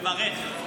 מברך.